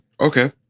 Okay